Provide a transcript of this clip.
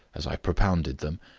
as i propounded them,